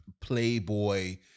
playboy